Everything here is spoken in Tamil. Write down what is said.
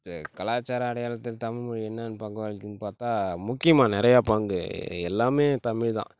கலாச்சார அடையாளத்துக்கு தமிழ் மொழி என்ன பங்கு வகிக்குதுனு பார்த்தா முக்கியமாக நிறையா பங்கு எல்லாமே தமிழ் தான்